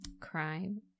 crime